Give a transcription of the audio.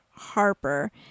harper